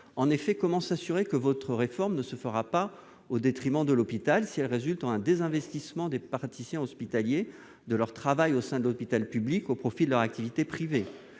En effet, comment s'assurer que votre réforme ne se fera pas au détriment de l'hôpital, si elle se traduit en un désinvestissement des praticiens hospitaliers de leur travail au sein de l'hôpital public au profit de leur activité privée ?